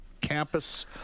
campus